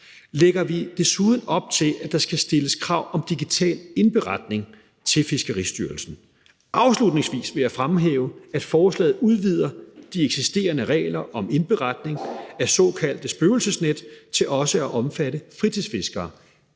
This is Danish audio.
lægger vi desuden op til, at der skal stilles krav om digital indberetning til Fiskeristyrelsen. Afslutningsvis vil jeg fremhæve, at forslaget udvider de eksisterende regler om indberetning af såkaldte spøgelsesnet til også at omfatte fritidsfiskere.